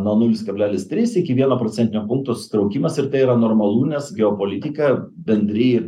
nuo nulis kablelis trys iki vieno procentinio punkto sutraukimas ir tai yra normalu nes geopolitika bendri